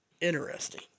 interesting